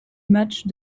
matchs